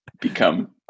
become